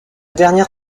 dernière